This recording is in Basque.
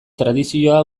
tradizioa